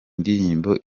ndirimbo